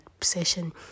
session